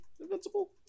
Invincible